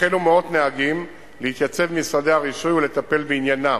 החלו מאות נהגים להתייצב במשרדי הרישוי ולטפל בעניינם,